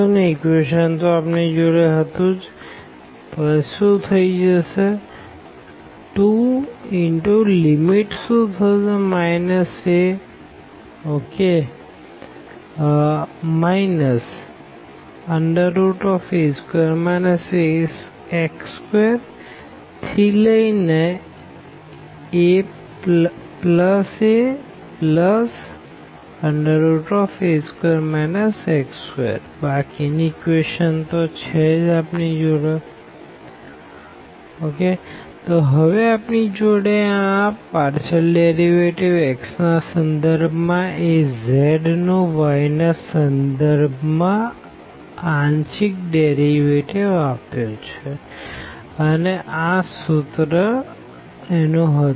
S2 aa a2 x2a2 x21∂z∂x2∂z∂x2dydx તો હવે આપણી જોડે આ છે પાર્ડેશિઅલ ડેરીવેટીવ x ના સંદર્ભ માં એ z નો y ના સંદર્ભ માં પાર્ડેશિઅલ ડેરીવેટીવ આપ્યો છે અને આ સૂત્ર હતું